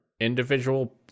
individual